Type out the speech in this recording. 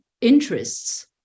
interests